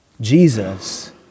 Jesus